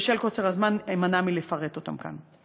ובשל קוצר הזמן אמנע מלפרט אותם כאן.